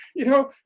you know?